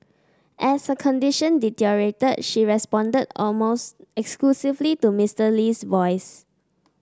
as her condition deteriorated she responded almost exclusively to Mister Lee's voice